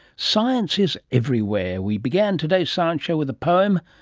science is everywhere. we began today's science show with a poem,